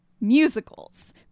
musicals